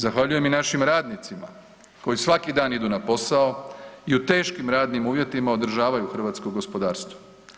Zahvaljujem i našim radnicima koji svaki dan idu na posao i u teškim radnim uvjetima održavaju hrvatsko gospodarstvo.